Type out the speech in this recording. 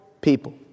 people